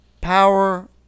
power